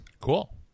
Cool